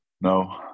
No